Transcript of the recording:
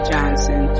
Johnson